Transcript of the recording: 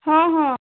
ହଁ ହଁ